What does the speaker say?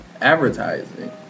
advertising